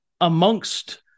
Amongst